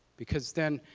because then